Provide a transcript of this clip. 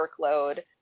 workload